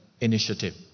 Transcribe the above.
initiative